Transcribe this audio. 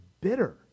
bitter